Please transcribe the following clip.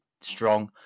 strong